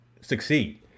succeed